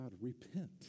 repent